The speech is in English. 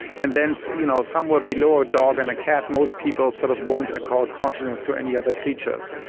and then so you know somewhere below a dog and a cat most people sort of won't accord consciousness to any other creatures.